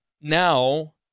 now